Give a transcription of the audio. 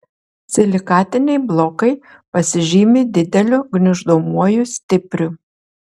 silikatiniai blokai pasižymi dideliu gniuždomuoju stipriu